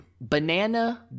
banana